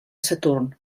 saturn